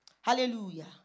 Hallelujah